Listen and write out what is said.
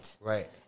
right